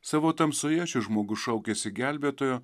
savo tamsoje šis žmogus šaukiasi gelbėtojo